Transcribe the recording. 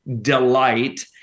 delight